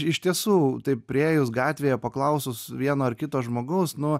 ir iš tiesų taip priėjus gatvėje paklausus vieno ar kito žmogaus nu